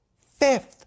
Fifth